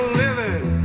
living